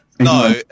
No